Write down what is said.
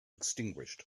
extinguished